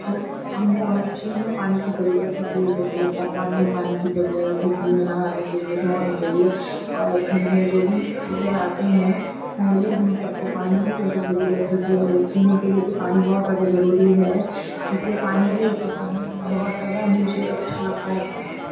ہر ہم کو ہر چیز میں پانی کی ضرورت ہوتی ہے جیسے کہ پکوان میں پانی کی ضرورت ہوتی ہے نہانے کے لیے دھونے کے لیے اور گھر میں جو بھی چیزیں آتے ہیں پہلے ہم سب کو پانی کی زیادہ ضرورت ہوتی ہے پینے کے لیے بھی پانی بہت زیادہ ضروری ہے اس لیے پانی کی پسند بہت زیادہ مجھے اچھا لگتا ہے پانی